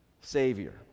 Savior